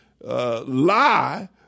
lie